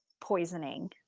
poisoning